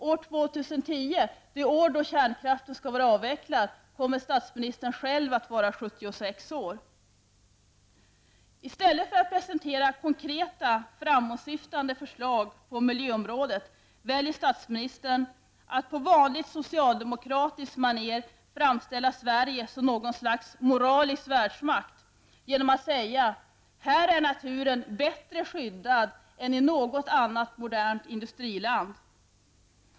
År 2010, det år då kärnkraften skall vara avvecklad, kommer statsministern själv att vara 76 I stället för att presentera konkreta, framåtsyftande förslag på miljöområdet väljer statsministern att på vanligt socialdemokratiskt manér framställa Sverige som något slags moralisk världsmakt genom att säga: ''Här är naturen bättre skyddad än i något annat modernt industriland.''